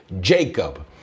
Jacob